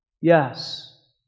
Yes